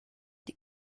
die